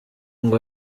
ngo